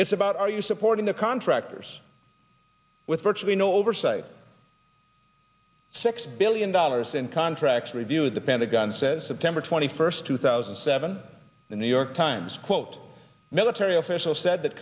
it's about are you supporting the contractors with virtually no oversight six billion dollars in contracts to review the pentagon says september twenty first two thousand and seven the new york times quote military officials said that